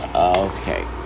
Okay